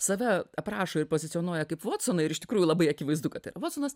save aprašo ir pozicionuoja kaip vatsoną ir iš tikrųjų labai akivaizdu kad vatsonas